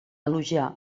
elogiar